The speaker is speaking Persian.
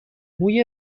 موی